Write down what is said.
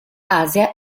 asia